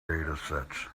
datasets